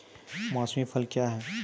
मौसमी फसल क्या हैं?